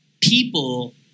people